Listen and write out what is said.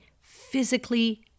physically